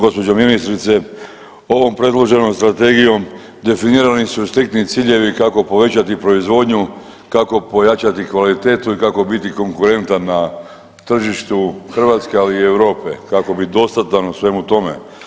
Gospođo ministrice ovom predloženom strategijom definirani su restriktni ciljevi kako povećati proizvodnju, kako pojačati kvalitetu i kako biti konkurentan na tržištu Hrvatske ali i Europe kako biti dostatan u svemu tome.